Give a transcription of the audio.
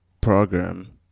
program